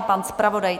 Pan zpravodaj?